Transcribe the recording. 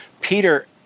Peter